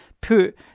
put